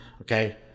Okay